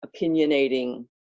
opinionating